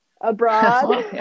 abroad